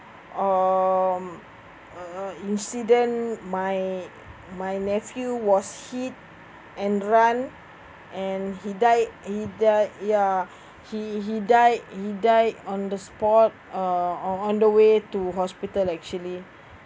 um uh a incident my my nephew was hit and run and he died he died ya he he died he died on the spot uh or on the way to hospital actually